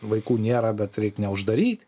vaikų nėra bet reik neuždaryti